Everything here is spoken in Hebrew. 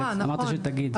אמרת שתגיד.